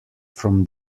from